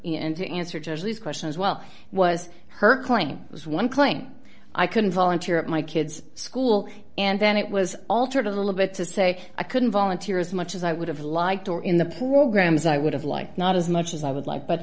honor to answer these questions well was her claim was one claim i couldn't volunteer at my kids school and then it was altered a little bit to say i couldn't volunteer as much as i would have liked or in the poor grams i would have liked not as much as i would like but